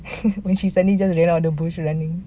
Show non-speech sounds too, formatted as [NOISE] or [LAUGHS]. [LAUGHS] then she suddenly just ran out the bush running